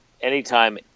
anytime